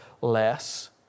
less